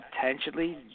potentially